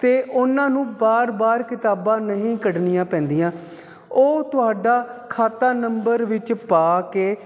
ਅਤੇ ਉਹਨਾਂ ਨੂੰ ਬਾਰ ਬਾਰ ਕਿਤਾਬਾਂ ਨਹੀਂ ਕੱਢਣੀਆਂ ਪੈਂਦੀਆਂ ਉਹ ਤੁਹਾਡਾ ਖਾਤਾ ਨੰਬਰ ਵਿੱਚ ਪਾ ਕੇ